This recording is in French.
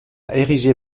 érigée